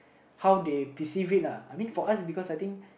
how they perceive lah I mean for us because I think